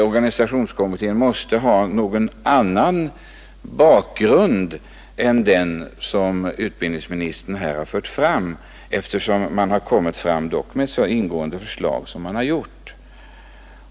Organisationskommittén måste ha någon annan bakgrund för sitt agerande än den som utbildningsministern här har angivit, eftersom man har kommit fram med så ingripande förslag som här har skett.